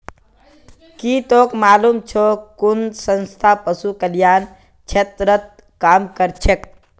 की तोक मालूम छोक कुन संस्था पशु कल्याण क्षेत्रत काम करछेक